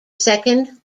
second